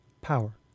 power